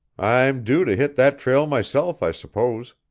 i'm due to hit that trail myself, i suppose,